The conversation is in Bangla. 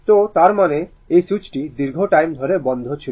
তো তার মানে এই সুইচটি দীর্ঘ টাইম ধরে বন্ধ ছিল